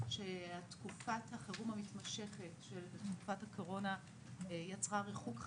שתקופת החירום המתמשכת של הקורונה יצרה ריחוק חברתי,